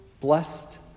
Blessed